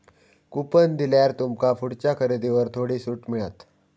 coupon दिल्यार तुमका पुढच्या खरेदीवर थोडी सूट मिळात